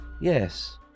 yes